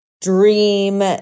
dream